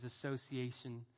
association